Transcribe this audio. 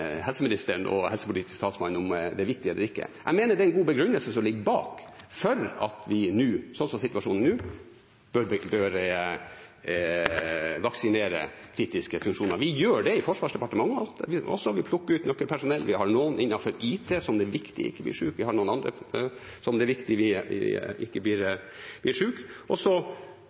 helseministeren og helsepolitisk talsmann om det er riktig eller ikke. Jeg mener det er en god begrunnelse som ligger bak at vi sånn som situasjonen er nå, bør vaksinere kritiske funksjoner. Vi gjør det i Forsvarsdepartementet også. Vi plukker ut noe personell, vi har noen innenfor IT som det er viktig ikke blir syke, vi har noen andre som det er viktig ikke blir syke, og så